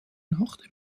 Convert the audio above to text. nacht